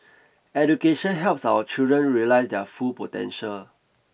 education helps our children realise their full potential